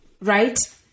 right